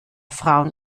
frauen